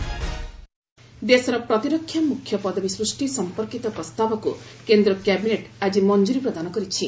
ରିଭ୍ କ୍ୟାବିନେଟ୍ ଦେଶର ପ୍ରତିରକ୍ଷା ମୁଖ୍ୟ ପଦବୀ ସୃଷ୍ଟି ସମ୍ପର୍କୀତ ପ୍ରସ୍ତାବକ୍ କେନ୍ଦ୍ର କ୍ୟାବିନେଟ୍ ଆଜି ମଞ୍ଜରୀ ପ୍ରଦାନ କରିଛି